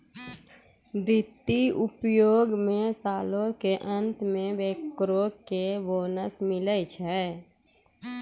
वित्त उद्योगो मे सालो के अंत मे बैंकरो के बोनस मिलै छै